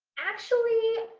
actually,